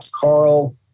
Carl